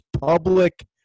public